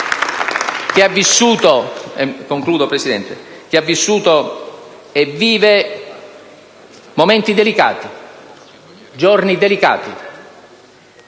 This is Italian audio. che ha vissuto e vive momenti e giorni delicati.